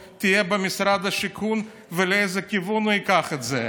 במשרד השיכון ולאיזה כיוון הוא ייקח את זה.